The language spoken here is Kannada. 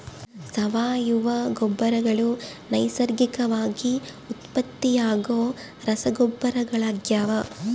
ಸಾವಯವ ಗೊಬ್ಬರಗಳು ನೈಸರ್ಗಿಕವಾಗಿ ಉತ್ಪತ್ತಿಯಾಗೋ ರಸಗೊಬ್ಬರಗಳಾಗ್ಯವ